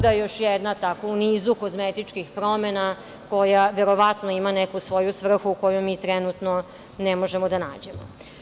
Tako da još jedna u nizu kozmetičkih promena, koja verovatno ima neku svoju svrhu koju mi trenutno ne možemo da nađemo.